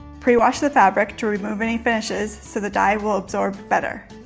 pre-wash the fabric to remove any finishes, so the dye will absorb better.